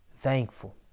thankful